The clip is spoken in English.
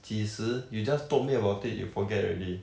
几时 you just told me about it you forget already